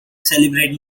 celebrate